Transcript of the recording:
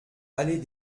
allée